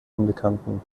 unbekannten